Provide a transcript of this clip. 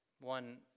One